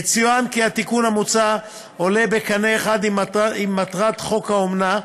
יצוין כי התיקון המוצע עולה בקנה אחד עם מטרת חוק האומנה,